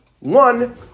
One